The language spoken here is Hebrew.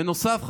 בנוסף,